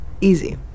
Easy